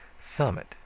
Summit